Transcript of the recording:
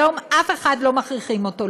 היום אף אחד, לא מכריחים אותו.